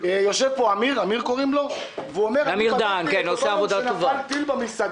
יושב פה אמיר דהן והוא אומר: אני בדקתי את אותו יום שנפל טיל בישיבה.